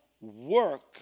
work